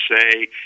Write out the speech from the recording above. say